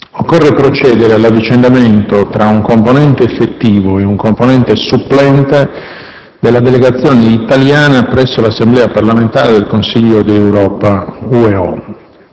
Occorre procedere all’avvicendamento fra un componente effettivo e un componente supplente della delegazione italiana presso l’Assemblea parlamentare del Consiglio d’Europa-UEO.